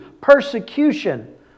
persecution